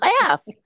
laugh